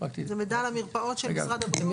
זה מידע למרפאות של משרד הבריאות.